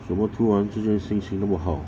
怎么突然之间心情这么好